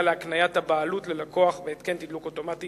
להקניית הבעלות ללקוח בהתקן תדלוק אוטומטי